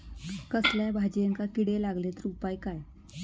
कसल्याय भाजायेंका किडे लागले तर उपाय काय?